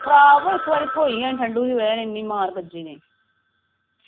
खराब इस बारी होई गै नेईं इन्नी ठंडी